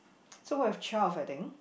so what if child I think